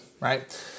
right